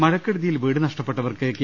മഴക്കെടുതിയിൽ വീട് നഷ്ടപ്പെട്ടവർക്ക് കെ